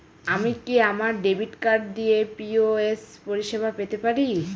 আমি কি আমার ডেবিট কার্ড দিয়ে পি.ও.এস পরিষেবা পেতে পারি?